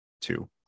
two